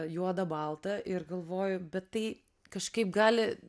juoda balta ir galvoju bet tai kažkaip gali